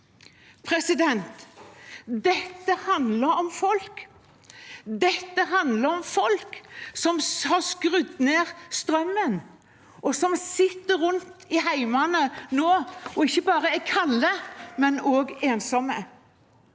kommer. Dette handler om folk. Dette handler om folk som har skrudd ned strømmen, og som nå sitter rundt i hjemmene og ikke bare er kalde, men også ensomme.